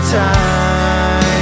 time